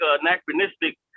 anachronistic